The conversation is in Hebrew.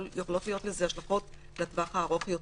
יכולות להיות לזה השלכות לטווח הארוך יותר.